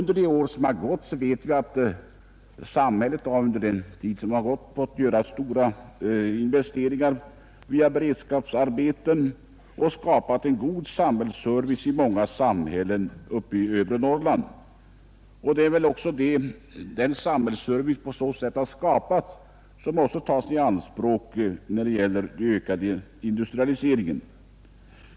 Vi vet att samhället under de gångna åren fått göra stora investeringar via beredskapsarbeten för att skapa en god samhällsservice i många samhällen uppe i övre Norrland. Det är den samhällsservice som på så sätt skapats, som måste tas i anspråk när det gäller ökad industrialisering.